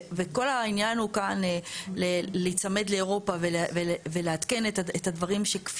וכל העניין הוא כאן להיצמד לאירופה ולעדכן את הדברים שכפי